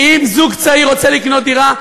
כי אם זוג צעיר רוצה לקנות דירה,